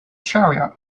shariah